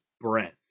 breath